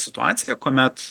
situaciją kuomet